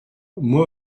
moi